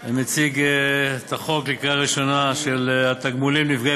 אני מציג לקריאה ראשונה את הצעת חוק התגמולים לנפגעי